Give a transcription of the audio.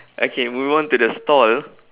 okay moving on to the stall